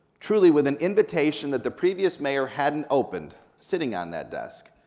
truly with an invitation that the previous mayor hadn't opened sitting on that desk.